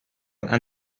and